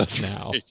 now